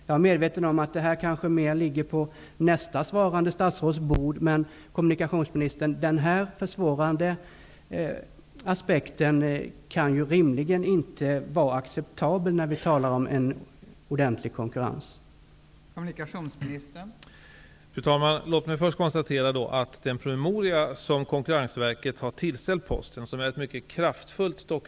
Jag är medveten om att det kanske mer ligger på nästa svarande statsråds bord, men den här försvårande aspekten kan ju rimligen inte vara acceptabel när vi talar om en ordentlig konkurrens, kommunikationsministern.